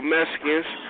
Mexicans